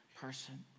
person